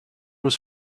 was